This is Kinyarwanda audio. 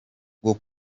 bwo